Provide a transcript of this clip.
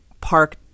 park